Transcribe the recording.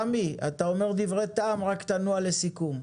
סמי, אתה אומר דברי טעם, רק תנוע לסיכום.